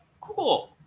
cool